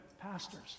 pastors